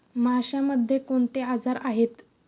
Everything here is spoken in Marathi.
माशांमध्ये कोणते आजार आहेत?